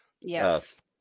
Yes